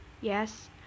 Yes